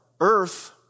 earth